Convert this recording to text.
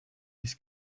his